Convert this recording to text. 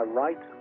right